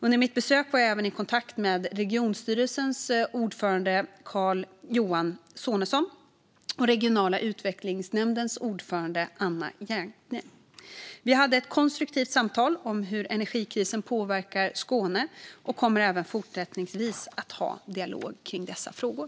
Under mitt besök var jag även i kontakt med regionstyrelsens ordförande Carl Johan Sonesson och regionala utvecklingsnämndens ordförande Anna Jähnke. Vi hade ett konstruktivt samtal om hur energikrisen påverkar Skåne och kommer även fortsättningsvis att ha en dialog om dessa frågor.